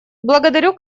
благодарю